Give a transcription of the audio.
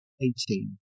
eighteen